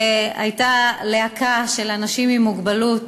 והייתה להקה של אנשים עם מוגבלות